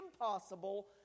impossible